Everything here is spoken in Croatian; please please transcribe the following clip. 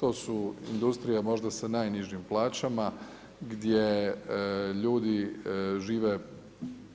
To su industrija možda sa najnižim plaćama gdje ljudi žive